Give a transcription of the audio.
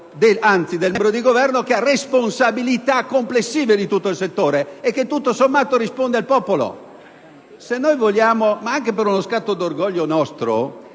che è un membro del Governo, che ha responsabilità complessive su tutto il settore e che, tutto sommato, risponde al popolo.